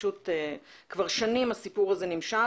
כבר שנים הסיפור הזה נמשך,